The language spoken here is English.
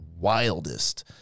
wildest